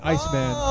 Iceman